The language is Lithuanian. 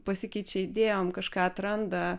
pasikeičia idėjom kažką atranda